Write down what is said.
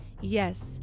Yes